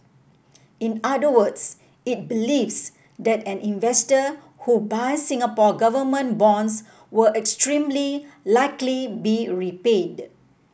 in other words it believes that an investor who buys Singapore Government bonds will extremely likely be repaid